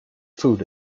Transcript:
food